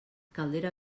caldera